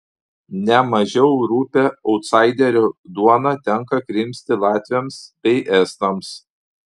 ne mažiau rupią autsaiderių duoną tenka krimsti latviams bei estams